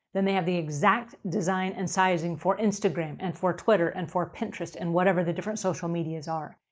then they have the exact design and sizing for instagram and for twitter and for pinterest and whatever the different social medias are.